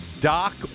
Doc